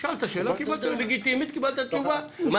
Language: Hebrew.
אני עזבתי בינואר את אגף החינוך בעיריית כפר סבא.